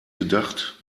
gedacht